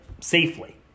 safely